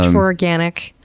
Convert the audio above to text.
um organic?